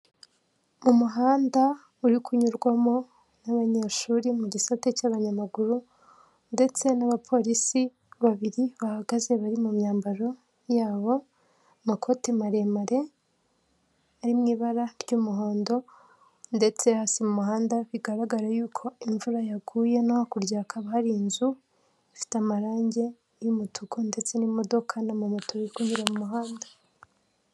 Umuhanda uri kunyurwamo n'abanyeshuri mu gisate cy'abanyamaguru ndetse n'abapolisi babiri bahagaze bari mu myambaro yabo amakoti maremare ari mu ibara ry'umuhondo ndetse hasi mu muhanda bigaragara yuko imvura yaguye, no hakurya hakaba hari inzu ifite amarangi y'umutuku ndetse n'imodoka n'amamoto bira kunyura mu muhanda.